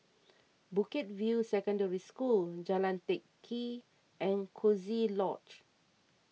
Bukit View Secondary School Jalan Teck Kee and Coziee Lodge